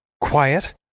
Quiet